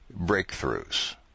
breakthroughs